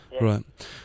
Right